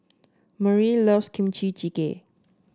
Merle loves Kimchi Jjigae